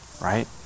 right